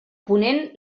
ponent